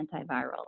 antiviral